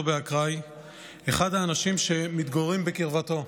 באקראי אחד האנשים שמתגוררים בקרבתו,